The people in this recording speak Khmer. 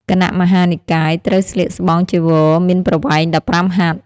គណៈមហានិកាយ ត្រូវស្លៀកស្បង់ចីវរមានប្រវែង ១៥ ហត្ថ។